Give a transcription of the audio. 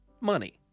money